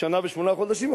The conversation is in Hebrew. שנה ושמונה חודשים,